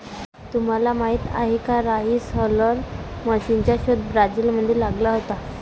तुम्हाला माहीत आहे का राइस हलर मशीनचा शोध ब्राझील मध्ये लागला होता